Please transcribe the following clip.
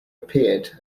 appeared